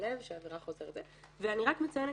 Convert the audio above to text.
עבירה מינהלית חוזרת אני רק מציינת